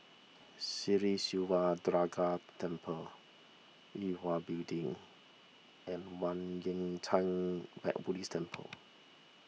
Sri Siva Durga Temple Yue Hwa Building and Kwan Yam theng bad Buddhist Temple